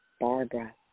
Barbara